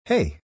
Hey